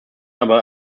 aber